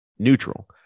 Neutral